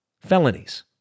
felonies